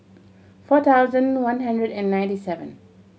four thousand one hundred and ninety seven